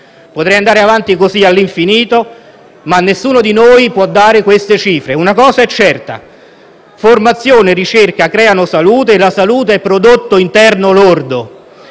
Potrei andare avanti così all'infinito, ma nessuno di noi può quantificare queste cifre. Una cosa è certa: formazione e ricerca creano salute e la salute è prodotto interno lordo.